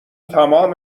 تمام